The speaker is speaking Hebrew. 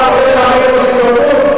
אתה רוצה ללמד אותי ציונות?